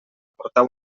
portar